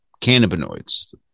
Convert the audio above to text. cannabinoids